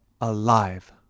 alive